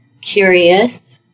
curious